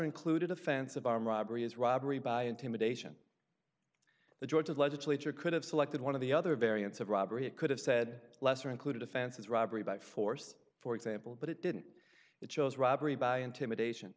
included offense of arm robbery is robbery by intimidation the georgia legislature could have selected one of the other variants of robbery it could have said lesser included offenses robbery by force for example but it didn't it shows robbery by intimidation